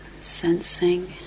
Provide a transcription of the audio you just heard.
sensing